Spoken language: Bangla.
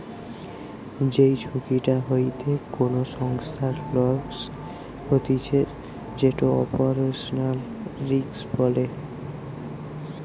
যেই ঝুঁকিটা হইতে কোনো সংস্থার লস হতিছে যেটো অপারেশনাল রিস্ক বলে